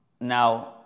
Now